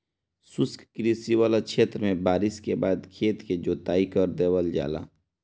शुष्क कृषि वाला क्षेत्र में बारिस के बाद खेत क जोताई कर देवल जाला